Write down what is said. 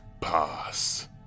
Pass